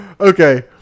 Okay